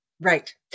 Right